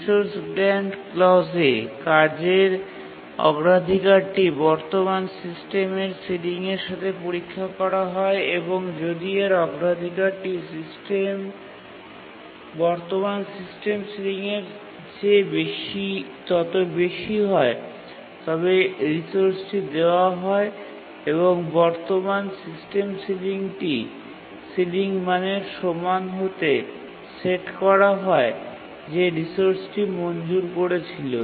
resource grant ক্লজে কাজের অগ্রাধিকারটি বর্তমান সিস্টেমের সিলিংয়ের সাথে পরীক্ষা করা হয় এবং যদি এর অগ্রাধিকারটি বর্তমান সিস্টেম সিলিংয়ের চেয়ে তত বেশি হয় তবে রিসোর্সটি দেওয়া হয় এবং বর্তমান সিস্টেম সিলিংটি সিলিং মানের সমান হতে সেট করা হয় যে রিসোর্সটি মঞ্জুর করেছিল